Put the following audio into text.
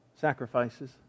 sacrifices